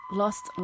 lost